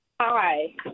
Hi